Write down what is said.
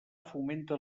fomenta